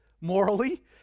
morally